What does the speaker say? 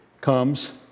comes